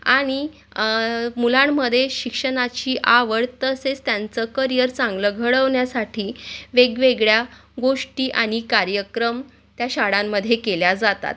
आणि मुलांमध्ये शिक्षणाची आवड तसेच त्यांचं करिअर चांगलं घडवण्यासाठी वेगवेगळ्या गोष्टी आणि कार्यक्रम त्या शाळांमध्ये केल्या जातात